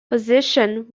position